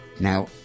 Now